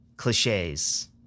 cliches